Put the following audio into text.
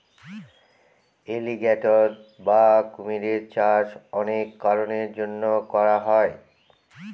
alligator বা কুমিরের চাষ অনেক কারনের জন্য করা হয়